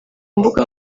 mbuga